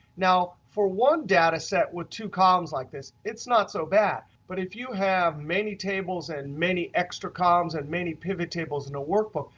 now for one data set with two columns like this, it's not so bad. but if you have many tables, and many extra columns, and many pivot tables in a workbook,